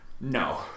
No